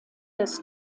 des